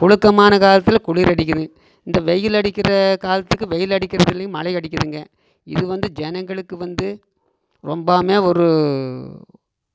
புழுக்கமான காலத்தில் குளிர் அடிக்குது இந்த வெயில் அடிக்கிற காலத்துக்கு வெயில் அடிக்குறதில்லிங்க மழை அடிக்குதுங்க இது வந்து ஜனங்களுக்கு வந்து ரொம்போவுமே ஒரு